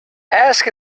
ask